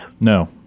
no